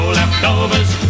leftovers